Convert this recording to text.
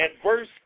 adverse